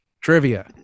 Trivia